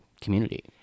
community